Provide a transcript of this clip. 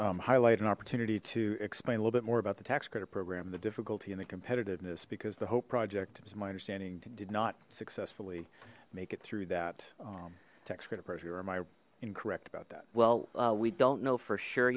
highlight an opportunity to explain a little bit more about the tax credit program the difficulty in the competitiveness because the hope project is my understanding did not successfully make it through that tax credit program i incorrect about that well we don't know for sure